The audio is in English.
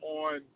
on